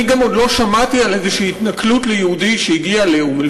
אני גם עוד לא שמעתי על איזו התנכלות ליהודי שהגיע לאום-אלפחם,